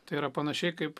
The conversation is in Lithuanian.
tai yra panašiai kaip